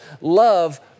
Love